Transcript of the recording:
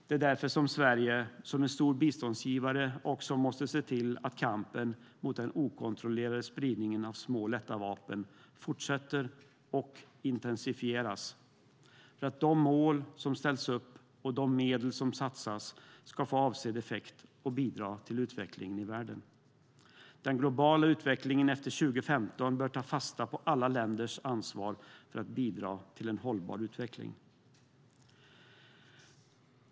Det är därför Sverige som en stor biståndsgivare måste se till att kampen mot den okontrollerade spridningen av små och lätta vapen fortsätter och intensifieras så att de mål som ställs upp och de medel som satsas ska få avsedd effekt och bidra till utvecklingen i världen. När det gäller den globala utvecklingen efter 2015 bör man ta fasta på alla länders ansvar för att bidra till en hållbar utveckling.